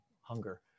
hunger